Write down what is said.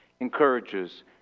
encourages